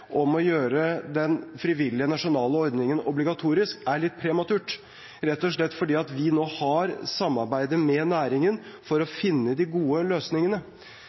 om å gjøre den frivillige, nasjonale ordningen obligatorisk, er litt prematurt, rett og slett fordi vi nå har samarbeid med næringen for å finne de gode løsningene.